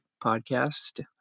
podcast